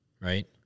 right